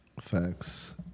Facts